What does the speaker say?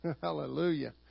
Hallelujah